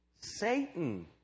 Satan